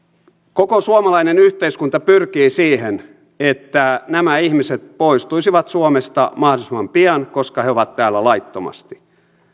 koko suomalainen yhteiskunta pyrkii siihen että nämä ihmiset poistuisivat suomesta mahdollisimman pian koska he ovat täällä laittomasti